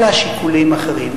אלא שיקולים אחרים.